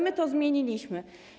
My to zmieniliśmy.